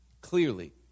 clearly